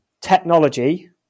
Technology